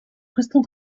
crystal